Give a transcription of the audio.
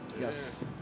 Yes